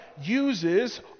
uses